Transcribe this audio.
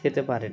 খেতে পারেন